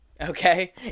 okay